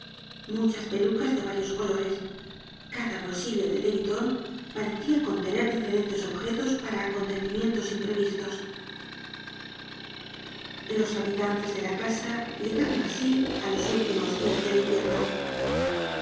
sospechosomuchas pelucas de varios colores cada bolsillo del leviton parecía contener diferentes objetos para acontecimientos imprevistos los habitantes de la casa llegaron asi á los últimos dias del invierno